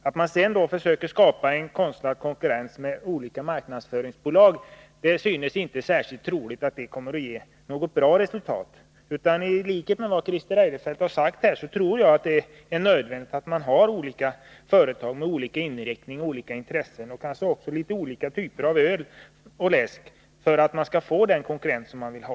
Att man sedan försöker skapa en konstlad konkurrens med olika marknadsföringsbolag kommer troligen inte att ge något bra resultat. I likhet med vad Christer Eirefelt har sagt tror jag att det är nödvändigt att ha olika företag med olika inriktning, olika intressen och kanske olika typer av öl och läsk för att få den konkurrens man vill ha.